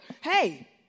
hey